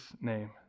name